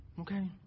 Okay